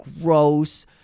gross